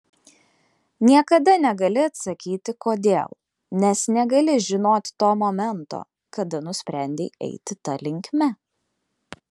niekada negali atsakyti kodėl nes negali žinot to momento kada nusprendei eiti ta linkme